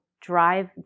drive